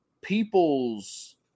people's